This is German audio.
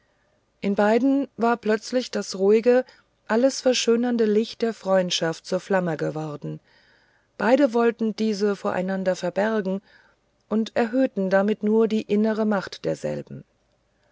in beiden war plötzlich das ruhige alles verschönernde licht der freundschaft zur flamme geworden beide wollte diese voreinander verbergen und erhöhten damit nur die innere macht derselben